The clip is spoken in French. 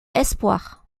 espoir